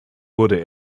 wurde